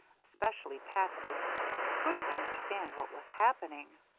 especially patsy, who couldn't understand what was happening.